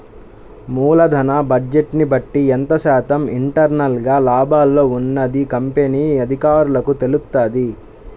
మూలధన బడ్జెట్ని బట్టి ఎంత శాతం ఇంటర్నల్ గా లాభాల్లో ఉన్నది కంపెనీ అధికారులకు తెలుత్తది